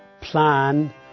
plan